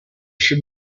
should